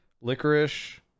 licorice